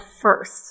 first